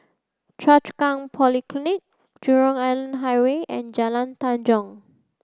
Choa Chu Kang Polyclinic Jurong Island Highway and Jalan Tanjong